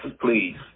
please